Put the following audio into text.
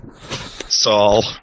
Saul